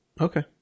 okay